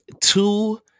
two